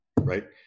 right